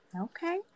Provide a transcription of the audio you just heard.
okay